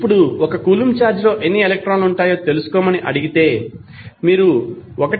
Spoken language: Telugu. ఇప్పుడు 1 కూలంబ్ ఛార్జ్ లో ఎన్ని ఎలక్ట్రాన్లు ఉంటాయో తెలుసుకోమని అడిగితే మీరు 1 ని 1